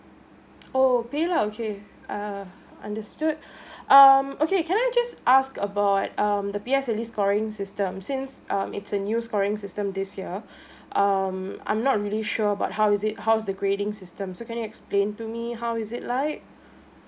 oh PayLah okay uh understood um okay can I just ask about um the P_S_L_E scoring system since um it's a new scoring system this year um I'm not really sure about how is it how is the grading system so can you explain to me how is it like